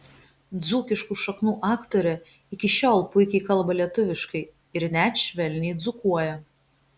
dzūkiškų šaknų aktorė iki šiol puikiai kalba lietuviškai ir net švelniai dzūkuoja